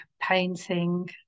painting